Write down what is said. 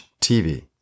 TV